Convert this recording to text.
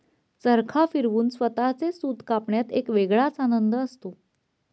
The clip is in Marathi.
चरखा फिरवून स्वतःचे सूत कापण्यात एक वेगळाच आनंद असतो